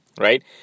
right